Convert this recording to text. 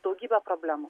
daugybę problemų